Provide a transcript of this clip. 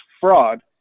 fraud